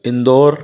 Indore